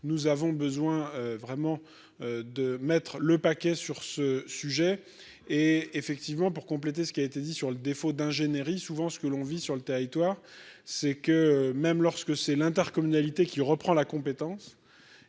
nous avons besoin vraiment de mettre le paquet sur ce sujet et, effectivement, pour compléter ce qui a été dit sur le défaut d'ingénierie souvent ce que l'on vit sur le territoire, c'est que même lorsque c'est l'intercommunalité qui reprend la compétence